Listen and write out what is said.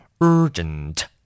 Urgent